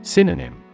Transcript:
Synonym